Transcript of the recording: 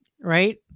Right